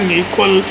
equal